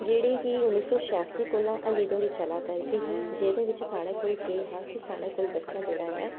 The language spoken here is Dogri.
जेह्ड़ी कि उन्नी सौ छियासी कोला हल्ली धोड़ी चला करदी ही जेह्दे बिच्च साढ़े कोल केह् हा कि साढ़े कोल बच्चा जेह्ड़ा ऐ